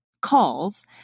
calls